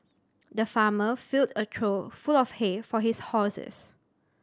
the farmer filled a trough full of hay for his horses